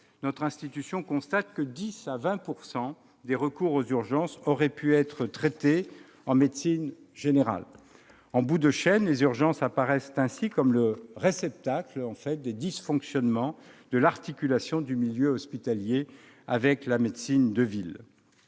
notre institution constate que de 10 % à 20 % des recours aux urgences auraient pu être traités en médecine générale. En bout de chaîne, les services des urgences apparaissent ainsi comme le réceptacle des dysfonctionnements de l'articulation du milieu hospitalier avec la médecine de ville.